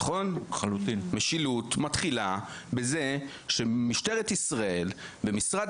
משילות מתחילה בזה שמשטרת ישראל ומשרד